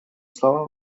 слова